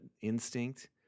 instinct